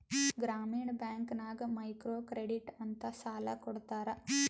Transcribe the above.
ಗ್ರಾಮೀಣ ಬ್ಯಾಂಕ್ ನಾಗ್ micro credit ಅಂತ್ ಸಾಲ ಕೊಡ್ತಾರ